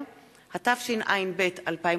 ההסלמה בדרום 6 ג'מאל זחאלקה (בל"ד): 7 השר להגנת העורף מתן וילנאי: